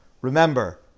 Remember